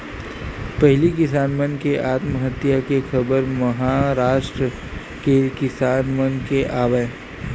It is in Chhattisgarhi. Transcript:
पहिली किसान मन के आत्महत्या के खबर महारास्ट के किसान मन के आवय